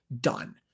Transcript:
done